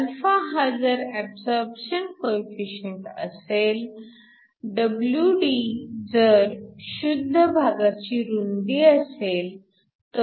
हा जर absorption coefficient असेल WD ही जर शुद्ध भागाची रुंदी असेल तर